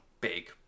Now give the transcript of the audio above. big